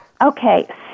Okay